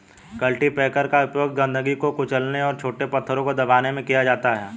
cultipacker का उपयोग गंदगी को कुचलने और छोटे पत्थरों को दबाने में किया जाता है